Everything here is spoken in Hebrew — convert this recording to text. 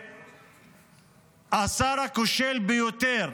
והשר הכושל ביותר,